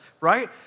Right